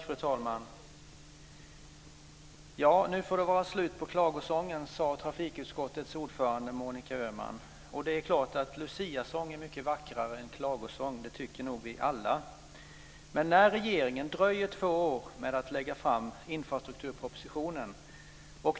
Fru talman! Nu får det vara slut på klagosången, sade trafikutskottets ordförande Monica Öhman. Det är klart att luciasång är mycket vackrare än klagosång. Det tycker nog vi alla. Men när regeringen dröjer två år med att lägga fram infrastrukturpropositionen,